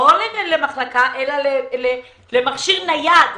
לא למחלקה אלא למכשיר נייד.